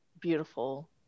beautiful